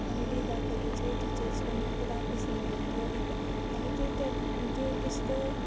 अनि दिँदाखेरि चाहिँ टिचर्स पनि पुरा खुसी हुनुहुन्थ्यो अब त्यही त त्यो त्यस्तो